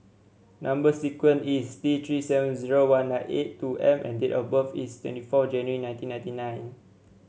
number sequence is T Three seven zero one nine eight two M and date of birth is twenty four January nineteen ninety nine